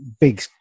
big